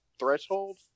threshold